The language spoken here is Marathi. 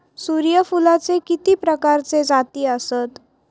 सूर्यफूलाचे किती प्रकारचे जाती आसत?